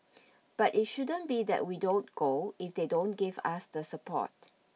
but it shouldn't be that we don't go if they don't give us the support